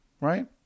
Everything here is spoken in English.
right